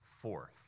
fourth